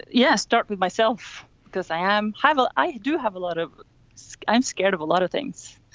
yeah, start with myself because i am heibel. i do have a lot of i'm scared of a lot of things.